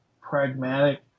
pragmatic